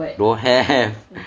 don't have